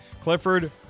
Clifford